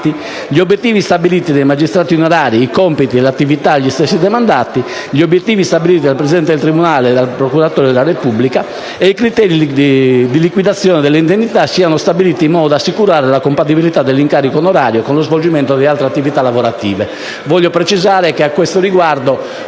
la dotazione organica dei magistrati onorari, i compiti e le attività agli stessi demandati, gli obiettivi stabiliti dal presidente del tribunale e dal procuratore della Repubblica e i criteri di liquidazione delle indennità siano stabiliti in modo da assicurare la compatibilità dell'incarico onorario con lo svolgimento di altre attività lavorative. Nel corso dell'esame in sede